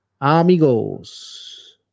amigos